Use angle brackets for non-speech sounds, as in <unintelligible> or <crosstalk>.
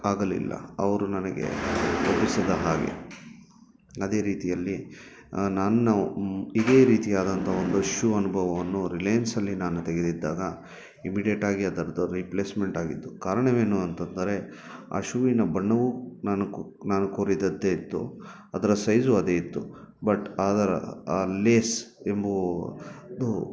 ಆಗಲಿಲ್ಲ ಅವರು ನನಗೆ <unintelligible> ಹಾಗೆ ಅದೇ ರೀತಿಯಲ್ಲಿ ನಾನು ಇದೆ ರೀತಿಯಾದಂಥ ಒಂದು ಶೂ ಅನುಭವವನ್ನು ರಿಲಯನ್ಸಲ್ಲಿ ನಾನು ತೆಗೆದಿದ್ದಾಗ ಇಮಿಡಿಯೇಟ್ ಆಗಿ ಅದರ ರಿಪ್ಲೇಸ್ಮೆಂಟ್ ಆಗಿತ್ತು ಕಾರಣವೇನು ಅಂತ ಅಂದರೆ ಆ ಶೂವಿನ ಬಣ್ಣವೂ ನಾನು ನಾನು ಕೋರಿದ್ದದ್ದೇ ಇತ್ತು ಅದರ ಸೈಜು ಅದೇ ಇತ್ತು ಬಟ್ ಅದರ ಆ ಲೇಸ್ ಎಂಬೋ